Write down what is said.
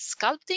sculpting